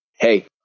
Hey